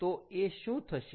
તો એ શું થશે